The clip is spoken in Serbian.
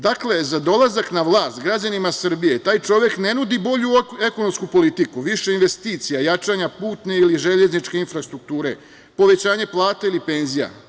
Dakle, za dolazak na vlast građanima Srbije taj čovek ne nudi bolju ekonomsku politiku, više investicija, jačanja putne ili železničke infrastrukture, povećanje plata ili penzija.